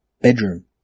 bedroom